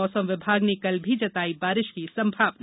मौसम विभाग ने कल भी जताई बारिश की संभावना